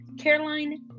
Caroline